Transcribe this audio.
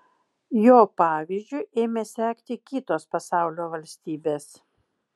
jos pavyzdžiu ėmė sekti kitos pasaulio valstybės